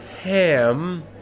ham